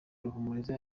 ruhumuriza